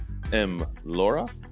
mlaura